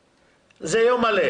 הוא לא יכול.